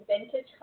vintage